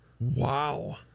Wow